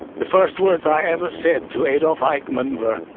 the first words i ever said to adolph eichmann were,